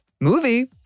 movie